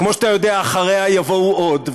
כמו שאתה יודע, אחריה יבואו עוד.